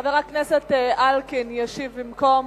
חבר הכנסת אלקין ישיב במקום,